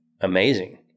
amazing